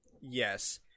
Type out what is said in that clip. yes